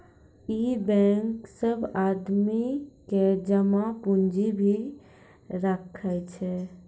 इ बेंक सब आदमी के जमा पुन्जी भी राखै छै